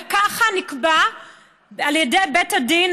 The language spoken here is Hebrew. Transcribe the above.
וכך נקבע על ידי בית הדין,